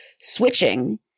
switching